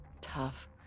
tough